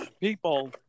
people